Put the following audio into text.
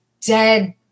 dead